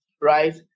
right